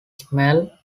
sell